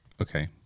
Okay